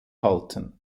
halten